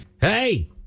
Hey